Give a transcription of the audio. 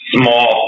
small